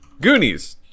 Goonies